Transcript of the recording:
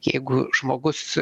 jeigu žmogus